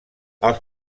els